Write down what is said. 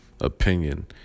opinion